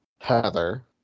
Heather